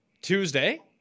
Tuesday